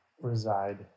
reside